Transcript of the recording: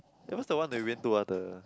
eh what's the one that we went to ah the